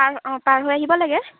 পাৰ অঁ পাৰ হৈ আহিব লাগে